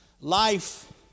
Life